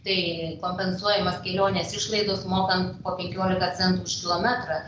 tai kompensuojamos kelionės išlaidos mokant penkiolika centų už kilometrą